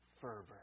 fervor